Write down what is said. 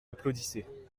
applaudissait